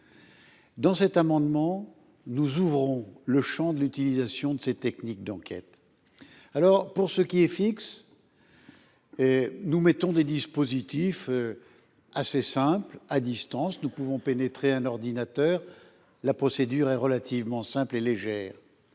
Par cet amendement, nous ouvrons le champ de l’utilisation de ces techniques d’enquête. Pour les appareils fixes, nous mettons en place des dispositifs assez simples, à distance. Nous pouvons pénétrer un ordinateur. La procédure est relativement simple et légère.